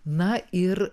na ir